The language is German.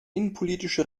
innenpolitische